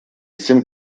sim